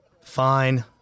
Fine